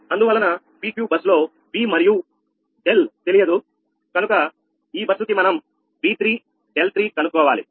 అందువలన P Q బస్సులో V మరియు 𝛿 తెలియదు కనుక ఈ బస్సు కి మనంV3 𝛿3 కనుక్కోవాలి